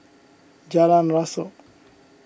Jalan Rasok